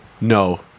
no